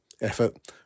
effort